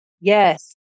Yes